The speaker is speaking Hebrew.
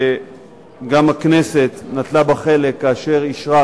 שגם הכנסת נטלה בה חלק כאשר אישרה,